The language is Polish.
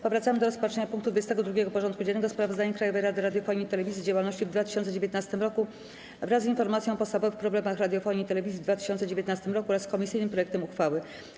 Powracamy do rozpatrzenia punktu 22. porządku dziennego: Sprawozdanie Krajowej Rady Radiofonii i Telewizji z działalności w 2019 roku wraz z informacją o podstawowych problemach radiofonii i telewizji w 2019 roku oraz komisyjnym projektem uchwały.